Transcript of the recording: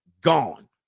gone